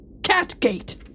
Catgate